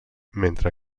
mentre